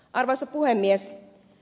arvoisa puhemies